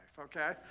okay